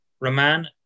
Roman